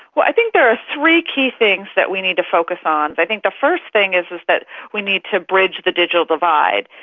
i think there are three key things that we need to focus on. i think the first thing is is that we need to bridge the digital divide.